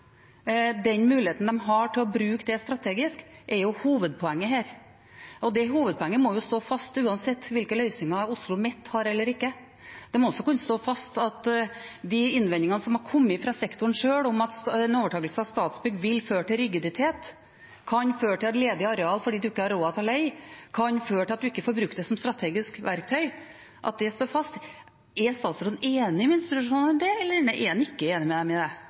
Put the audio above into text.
den muligheten de har til å bruke det strategisk, er hovedpoenget her. Det hovedpoenget må jo stå fast uansett hvilke løsninger OsloMet har eller ikke. De innvendingene som har kommet fra sektoren sjøl, om at en overtagelse av Statsbygg vil føre til rigiditet, kan føre til ledig areal fordi en ikke har råd til å leie, og kan føre til at en ikke får brukt det som strategisk verktøy, må også stå fast. Er statsråden enig med institusjonene i det, eller er han ikke enig med dem i det?